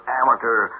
amateur